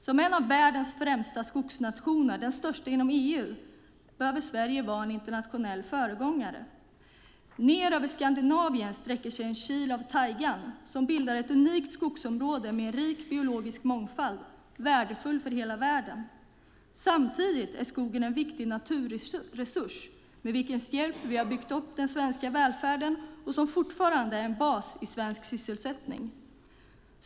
Som en av världens främsta skogsnationer, och den största inom EU, behöver Sverige vara en internationell föregångare. Ned över Skandinavien sträcker sig en kil av tajgan som bildar ett unikt skogsområde med en rik biologisk mångfald, värdefull för hela världen. Samtidigt är skogen en viktig naturresurs med vars hjälp vi byggt upp den svenska välfärden och som fortfarande är en bas i svensk sysselsättning.